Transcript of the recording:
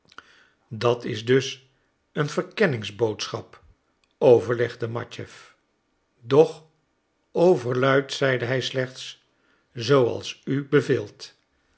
dat is dus een verkenningsboodschap overlegde matjeff doch overluid zeide hij slechts zooals u beveelt